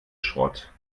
schrott